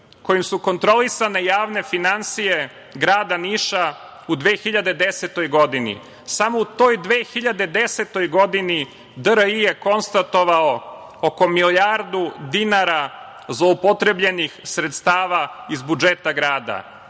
kojim su kontrolisane javne finansije grada Niša u 2010. godini. Samo u toj 2010. godini DRI je konstatovao oko milijardu dinara zloupotrebljenih sredstava iz budžeta grada,